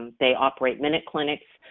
they operate minuteclinics.